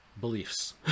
beliefs